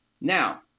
Now